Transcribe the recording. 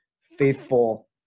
faithful